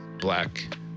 black